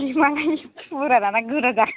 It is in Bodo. खिमालाय फुरा जानानै गोरा दा